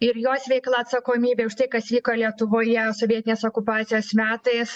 ir jos veikla atsakomybe už tai kas vyko lietuvoje sovietinės okupacijos metais